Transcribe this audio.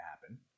happen